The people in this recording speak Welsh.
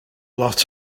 lot